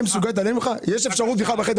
קודם